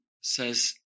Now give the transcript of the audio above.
says